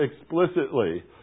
explicitly